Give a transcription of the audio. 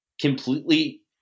completely